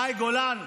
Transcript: מאי גולן,